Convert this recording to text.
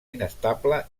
inestable